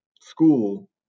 school